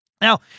Now